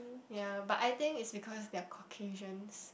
ya but I think it's because they're Caucasians